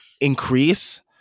increase